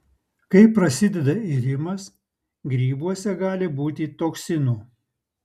kai prasideda irimas grybuose gali būti toksinų